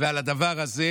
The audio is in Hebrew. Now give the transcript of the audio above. ועל הדבר הזה,